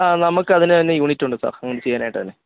ആ നമ്മക്കതിനുതന്നെ യൂണിറ്റ് ഉണ്ട് സാർ അങ്ങനെ ചെയ്യാനായിട്ടുതന്നെ